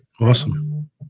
Awesome